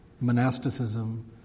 monasticism